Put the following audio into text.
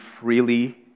freely